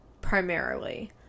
primarily